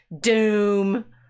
doom